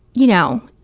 you know,